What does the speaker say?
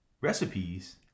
recipes